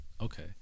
Okay